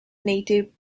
native